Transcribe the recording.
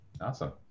Awesome